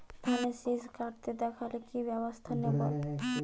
ধানের শিষ কাটতে দেখালে কি ব্যবস্থা নেব?